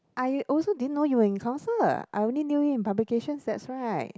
I also didn't know you were in council eh I only knew you in publications that's right